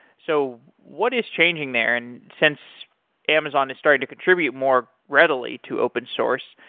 so what is changing there? and since amazon is starting to contribute more readily to open source,